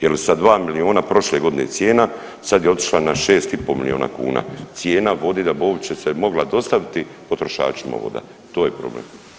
Jer sa 2 milijuna prošle godine cijena sad je otišlo na 6,5 milijuna kuna, cijena vode da bi uopće se mogla dostaviti potrošačima voda, to je problem.